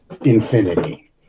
infinity